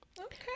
Okay